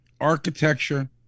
architecture